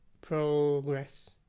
progress